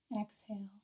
exhale